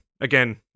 again